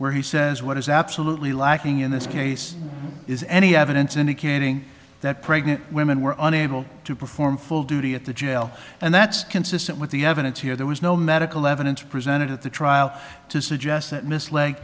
where he says what is absolutely lacking in this case is any evidence indicating that pregnant women were unable to perform full duty at the jail and that's consistent with the evidence here there was no medical evidence presented at the trial to suggest that mis